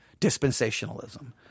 dispensationalism